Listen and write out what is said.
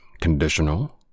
conditional